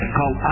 Call